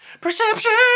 Perception